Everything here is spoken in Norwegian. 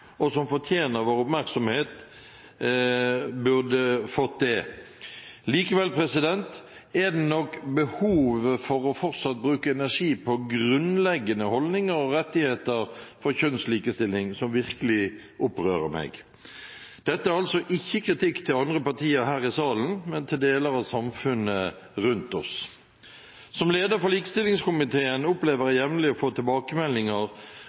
burde fått det. Likevel er det nok behovet for fortsatt å bruke energi på grunnleggende holdninger og rettigheter for kjønnslikestilling som virkelig opprører meg. Dette er altså ikke kritikk til andre partier her i salen, men til deler av samfunnet rundt oss. Som leder for likestillingskomiteen opplever jeg jevnlig å få tilbakemeldinger